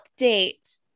update